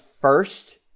first